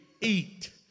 eat